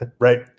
right